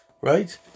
Right